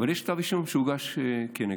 אבל יש כתב אישום שהוגש כנגדו